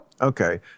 okay